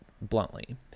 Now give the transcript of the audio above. bluntly